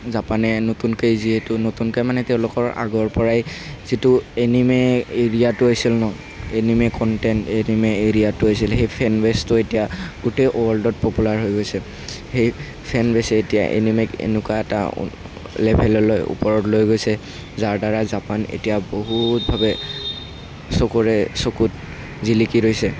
জাপানে নতুনকৈ যিহেতু নতুনকৈ মানে তেওঁলোকৰ আগৰপৰাই যিটো এনিমে এৰিয়াটো আছিল ন এনিমে কন্টেন্ট এনিমে এৰিয়াটো আছিল সেই ফেনবেচটো এতিয়া গোটেই ৱৰ্ল্ডত পপুলাৰ হৈ গৈছে সেই ফেনবেচে এতিয়া এনিমেক এনেকুৱা এটা লেভেললৈ ওপৰত লৈ গৈছে যাৰদ্বাৰা জাপান এতিয়া বহুতভাৱে চবৰে চকুত জিলিকি ৰৈছে